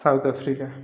south Africa